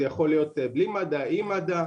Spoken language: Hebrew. זה יכול להיות בלי מד"א, עם מד"א.